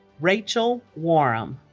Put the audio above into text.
rachel warrum